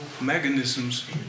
mechanisms